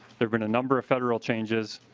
there's been a number of federal changes